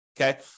okay